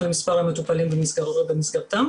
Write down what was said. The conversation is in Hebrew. על מספר המטופלים במסגרתם,